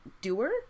doer